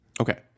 Okay